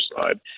side